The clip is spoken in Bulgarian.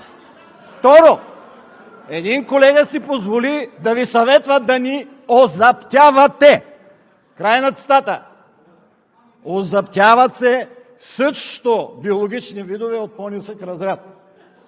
Второ, един колега си позволи да Ви съветва да ни „о-зап-тя-ва-те“, край на цитата. Озаптяват се също биологични видове от по-нисък разряд.